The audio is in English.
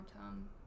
time